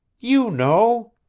you know.